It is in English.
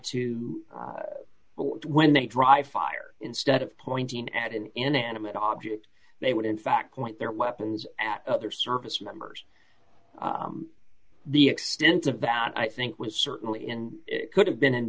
to but when they dry fire instead of pointing at an inanimate object d they would in fact point their weapons at other service members the extent of that i think was certainly and could have been in